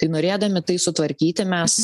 tai norėdami tai sutvarkyti mes